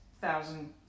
thousand